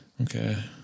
Okay